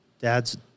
dads